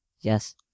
Yes